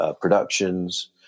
productions